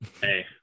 Hey